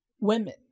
women